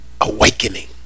awakening